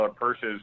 purses